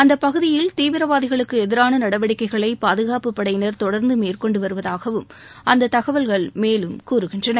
அந்த பகுதியில் தீவிரவாதிகளுக்கு எதிரான நடவடிக்கைளை பாதுகாப்புப் படையினர் தொடா்ந்து மேற்கொண்டு வருவதாகவும் அந்த தகவல்கள் மேலும் கூறுகின்றன